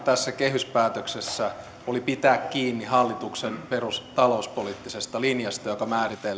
tässä kehyspäätöksessä oli pitää kiinni hallituksen perustalouspoliittisesta linjasta joka määriteltiin